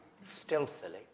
stealthily